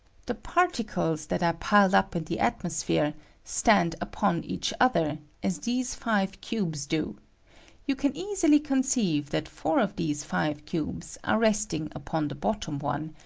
the particles that are piled up in the atmos phere stand upon each other, as these five cubes do you can easily conceive that four of these five cubes are resting upon the bottom one,